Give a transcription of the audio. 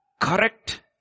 Correct